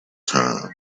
time